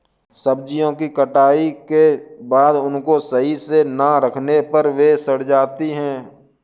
सब्जियों की कटाई के बाद उनको सही से ना रखने पर वे सड़ जाती हैं